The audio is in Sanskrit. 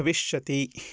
भविष्यति